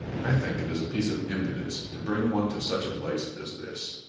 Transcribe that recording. i think it is a piece of impudence to bring one to such a place as this.